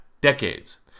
decades